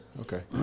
Okay